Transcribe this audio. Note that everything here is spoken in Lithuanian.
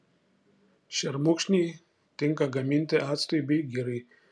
šermukšniai tinka gaminti actui bei girai